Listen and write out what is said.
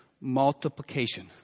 multiplication